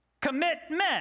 Commitment